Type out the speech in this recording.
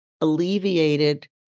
alleviated